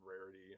rarity